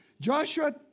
Joshua